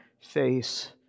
face